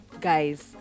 guys